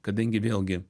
kadangi vėlgi